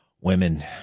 women